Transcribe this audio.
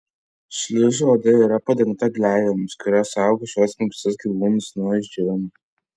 šliužų oda yra padengta gleivėmis kurios saugo šiuos minkštus gyvūnus nuo išdžiūvimo